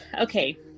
Okay